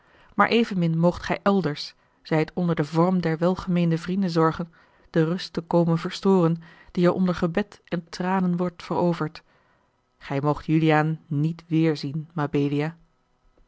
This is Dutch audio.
maar evenmin moogt gij elders zij het onder den vorm der welgemeende vriendenzorge a l g bosboom-toussaint de rust te komen storen die er onder gebed en tranen wordt veroverd gij moogt juliaan niet weêrzien mabelia